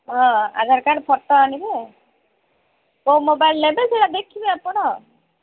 ହଁ Aadhaar card photo ଆଣିବେ କୋଉ ମୋବାଇଲ ନେବେ ସେଟା ଦେଖିବେ ଆପଣ